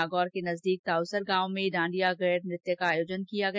नागौर के नजदीक ताउसर गांव में डांडिया गैर नृत्य का भी आयोजन किया गया